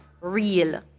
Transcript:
real